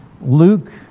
Luke